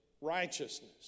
righteousness